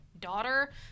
daughter